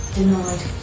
denied